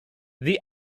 the